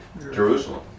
Jerusalem